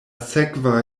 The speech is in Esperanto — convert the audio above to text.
sekva